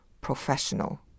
professional